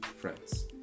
friends